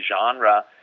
genre